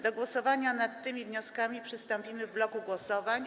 Do głosowania nad tymi wnioskami przystąpimy w bloku głosowań.